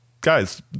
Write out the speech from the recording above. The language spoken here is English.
guys